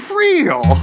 real